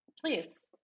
Please